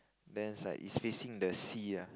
then is like is facing the sea ah